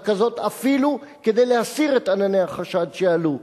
כזאת אפילו כדי להסיר את ענני החשד שעלו.